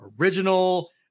original